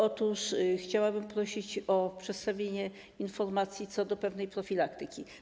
Otóż chciałabym prosić o przedstawienie informacji co do profilaktyki.